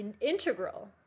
integral